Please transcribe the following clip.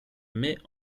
mais